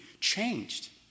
changed